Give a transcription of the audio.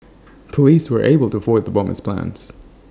Police were able to foil the bomber's plans